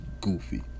goofy